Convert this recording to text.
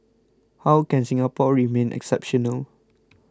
how can Singapore remain exceptional